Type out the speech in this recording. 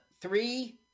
Three